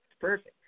perfect